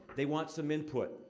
they want some input.